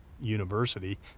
University